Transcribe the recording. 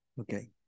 Okay